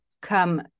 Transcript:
come